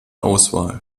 auswahl